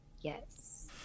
Yes